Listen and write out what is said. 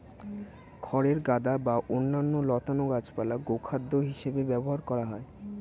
খড়ের গাদা বা অন্যান্য লতানো গাছপালা গোখাদ্য হিসেবে ব্যবহার করা হয়